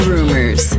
Rumors